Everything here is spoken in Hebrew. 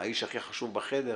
אתה האיש הכי חשוב בחדר,